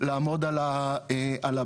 לעמוד על הבעיות.